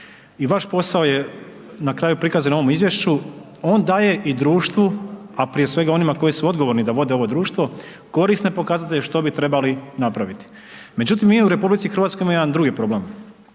i vaš posao je na kraju prikazan u ovom izvješću, on daje i društvu, a prije svega oni koji su odgovorni da vode ovo društvo, korisne pokazatelje što bi trebali napraviti. Međutim, mi u RH imamo jedan drugi problem,